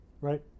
right